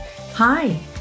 Hi